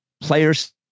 players